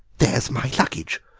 there is my luggage!